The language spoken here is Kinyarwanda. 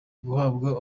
guhabwa